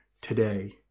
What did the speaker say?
today